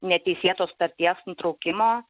neteisėtos sutarties nutraukimo